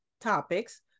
topics